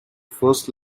first